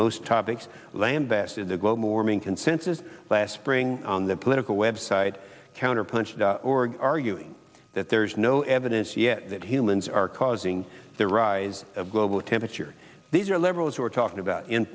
most topics lambasted the global warming consensus last spring on the political website counterpunch dot org arguing that there is no evidence yet that humans are causing the rise of global temperature these are liberals who are talking about in